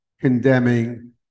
condemning